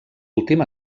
últim